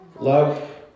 Love